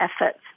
efforts